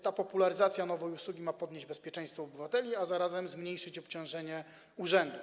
Ta popularyzacja nowej usługi ma podnieść bezpieczeństwo obywateli, a zarazem zmniejszyć obciążenie urzędów.